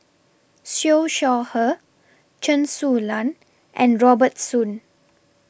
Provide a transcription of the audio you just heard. Siew Shaw Her Chen Su Lan and Robert Soon